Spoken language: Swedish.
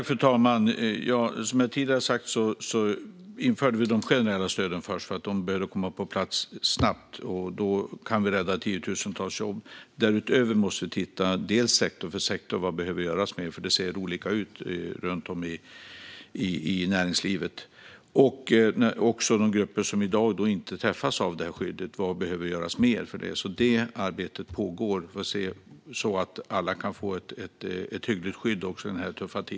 Fru talman! Som jag sa tidigare införde vi de generella stöden först därför att de behövde komma på plats snabbt. Då kan vi rädda tiotusentals jobb. Därutöver måste vi dels titta sektor för sektor på vad som mer behöver göras, för det ser olika ut i näringslivet, dels titta på de grupper som i dag inte träffas av skyddet och vad som mer behöver göras för dem. Detta arbete pågår så att alla kan få ett hyggligt skydd under denna tuffa tid.